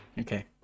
okay